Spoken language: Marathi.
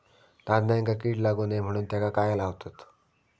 धान्यांका कीड लागू नये म्हणून त्याका काय लावतत?